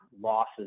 losses